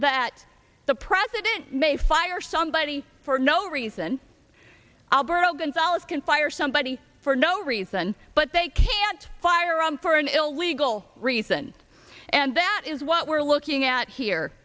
that the president may fire somebody for no reason alberto gonzales can fire somebody for no reason but they can't fire on for an illegal reason and that is what we're looking at here